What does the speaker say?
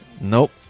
Nope